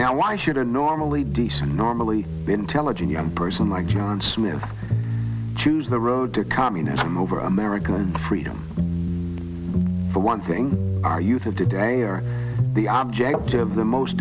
now why should a normally decent normally intelligent young person like john smith choose the road to communism over american freedom for one thing our youth of today are the object of the most